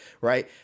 Right